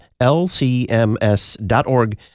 lcms.org